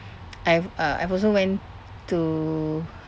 I've uh I've also went to